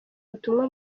butumwa